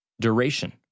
Duration